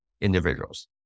individuals